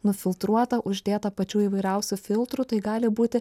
nufiltruota uždėta pačių įvairiausių filtrų tai gali būti